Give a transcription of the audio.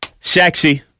Sexy